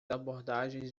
abordagens